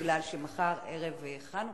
כי מחר ערב חנוכה,